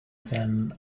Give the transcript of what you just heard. then